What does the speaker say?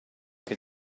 che